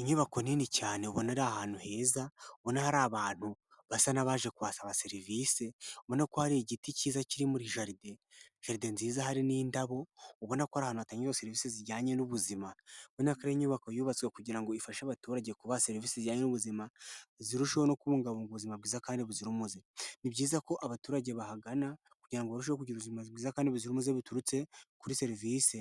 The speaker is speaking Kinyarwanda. Inyubako nini cyane ubona ari ahantu heza, ubona hari abantu basa n'abaje kuhasaba serivisi, ubona ko hari igiti cyiza kiri muri jaride, jaride nziza hari n'indabo, ubona ko ari ahantu hatangirwa sevisi zijyanye n'ubuzima, ubona ko ari inyubako yubatswe kugira ngo ifashe abaturage kubona serivisi zijyanye n'ubuzima, zirusheho no kubungabunga ubuzima bwiza kandi buzira umuze. Ni byiza ko abaturage bahagana, kugira basheho kugira ubuzima bwiza kandi buzira umuze buturutse kuri serivisi